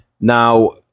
Now